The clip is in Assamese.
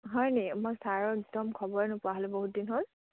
হয়নি মই ছাৰৰ একদম খবৰে নোপোৱা হ'লেঁ বহুত দিন হ'ল